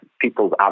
people's